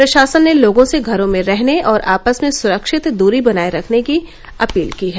प्रशासन ने लोगों से घरों में रहने और आपस में स्रक्षित दूरी बनाए रखने की अपील की है